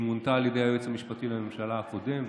היא מונתה על ידי היועץ המשפטי לממשלה הקודם,